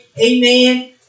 Amen